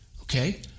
okay